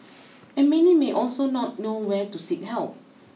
and many may also not know where to seek help